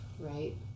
right